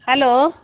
hello